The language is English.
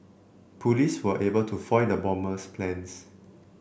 police were able to foil the bomber's plans